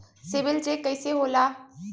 CIBIL check कइसे होला?